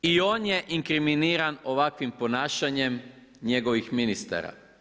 I on je inkriminiran ovakvim ponašanjem njegovih ministara.